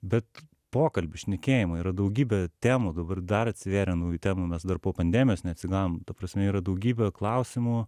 bet pokalbių šnekėjimo yra daugybė temų dabar dar atsivėrė naujų temų mes dar po pandemijos neatsigavom ta prasme yra daugybė klausimų